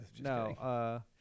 no